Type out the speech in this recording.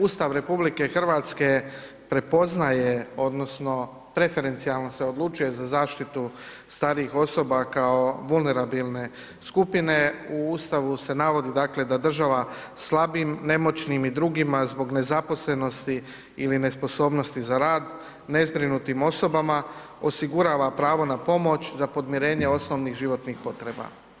Ustav RH prepoznaje odnosno preferencijalno se odlučuje za zaštitu starijih osoba kao vulnerabilne skupine, u Ustavu se navodi dakle da država slabijim, nemoćnim i drugima zbog nezaposlenosti ili nesposobnosti za rad, nezbrinutim osobama osigurava pravo na pomoć, za podmirenje osnovnih životnih potreba.